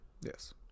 yes